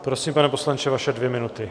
Prosím, pane poslanče, vaše dvě minuty.